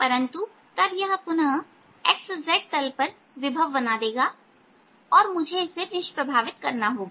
परंतु यह तब पुनः xz तल पर विभव बना देगा और मुझे इसे निप्रभावित करना होगा